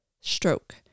stroke